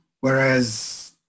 Whereas